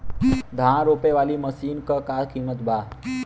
धान रोपे वाली मशीन क का कीमत बा?